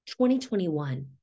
2021